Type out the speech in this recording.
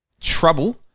trouble